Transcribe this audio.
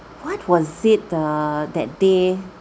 what was it err that day